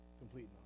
complete